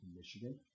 Michigan